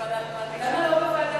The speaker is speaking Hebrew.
למה לא בוועדה